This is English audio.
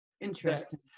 Interesting